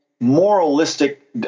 moralistic